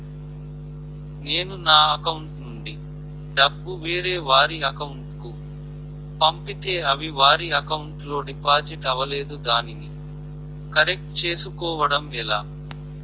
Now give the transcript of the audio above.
నేను నా అకౌంట్ నుండి డబ్బు వేరే వారి అకౌంట్ కు పంపితే అవి వారి అకౌంట్ లొ డిపాజిట్ అవలేదు దానిని కరెక్ట్ చేసుకోవడం ఎలా?